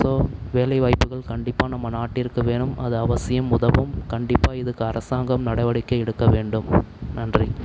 so வேலைவாய்ப்புகள் கண்டிப்பாக நம்ம நாட்டிற்கு வேணும் அது அவசியம் உதவும் கண்டிப்பாக இதுக்கு அரசாங்கம் நடவடிக்கை எடுக்க வேண்டும் நன்றி